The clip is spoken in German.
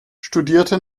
studierte